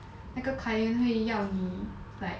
那个 client 会要你 like